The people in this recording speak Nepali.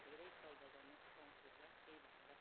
धेरै सौदा गर्न पाउँछु होला त्यही भनेर